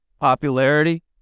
popularity